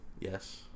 Yes